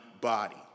body